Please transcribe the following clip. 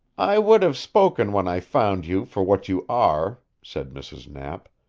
i would have spoken when i found you for what you are, said mrs. knapp,